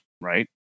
right